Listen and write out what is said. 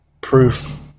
proof